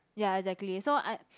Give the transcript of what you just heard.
ya exactly so I